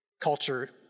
culture